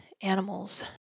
animals